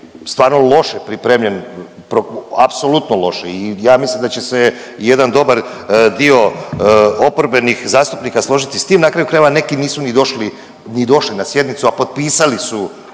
stvarno loše pripremljen, apsolutno loše i ja mislim da će se jedan dobar dio oporbenih zastupnika složiti s tim, na kraju krajeva neki nisu ni došli, ni došli na sjednicu, a potpisali su